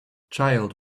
child